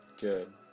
good